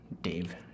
Dave